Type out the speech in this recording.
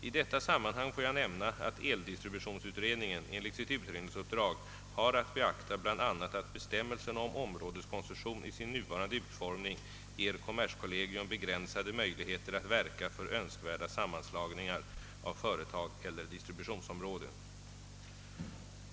I detta sammanhang får jag nämna, att eldistributionsutredningen enligt sitt utredningsuppdrag har att beakta bland annat att bestämmelserna om områdeskoncession i sin nuvarande utformning ger kommerskollegium begränsade möjligheter att verka för önskvärda sammanslagningar av företag eller distributionsområden.